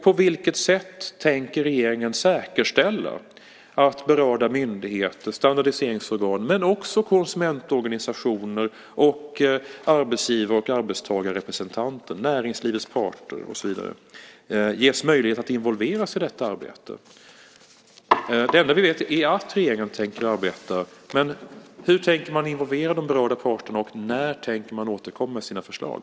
På vilket sätt tänker regeringen säkerställa att berörda myndigheter och standardiseringsorgan samt konsumentorganisationer, arbetsgivar och arbetstagarrepresentanter, näringslivets parter och så vidare ges möjlighet att involveras i detta arbete? Det enda vi vet är att regeringen tänker arbeta, men hur tänker man involvera de berörda parterna och när tänker man återkomma med sina förslag?